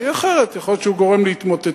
כי אחרת יכול להיות שהוא גורם להתמוטטות.